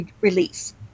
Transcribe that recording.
release